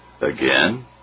Again